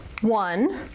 one